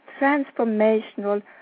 transformational